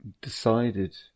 decided